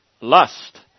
lust